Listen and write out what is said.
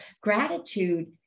gratitude